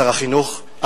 שר החינוך,